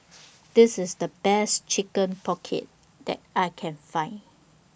This IS The Best Chicken Pocket that I Can Find